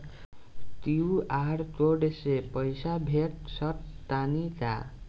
QR code से पईसा भेज सक तानी का?